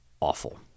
awful